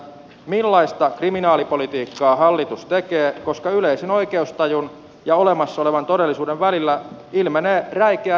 millaista kriminaalipolitiikkaa hallitus tekee koska yleisen oikeustajun ja olemassa olevan todellisuuden välillä ilmenee räikeä ristiriita